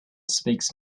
speaks